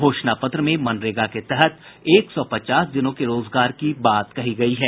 घोषणा पत्र में मनरेगा के तहत एक सौ पचास दिनों के रोजगार की बात कही गयी है